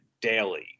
daily